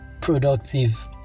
productive